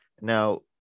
Now